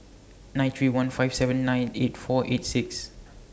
nine three one five seven nine eight four eight six